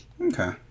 Okay